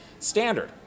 Standard